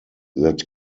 that